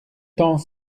temps